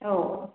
औ